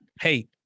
Hey